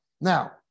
Now